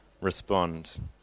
respond